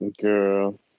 girl